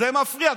זה מפריע.